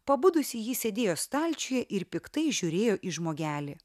pabudusi ji sėdėjo stalčiuje ir piktai žiūrėjo į žmogelį